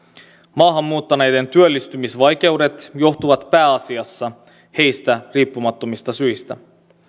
maahan muuttaneiden työllistymisvaikeudet johtuvat pääasiassa heistä riippumattomista syistä